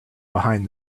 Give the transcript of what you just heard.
behind